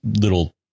little